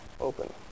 Open